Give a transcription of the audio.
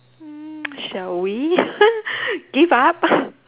mm shall we give up